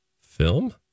film